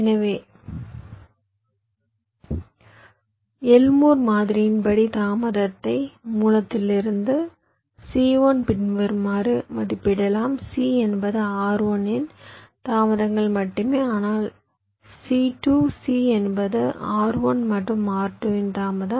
எனவே எல்மோர் மாதிரியின்படி தாமதத்தை மூலத்திலிருந்து C1 பின்வருமாறு மதிப்பிடலாம் C என்பது R1 இன் தாமதங்கள் மட்டுமே ஆனால் C2 C என்பது R1 மற்றும் R2 இன் தாமதம்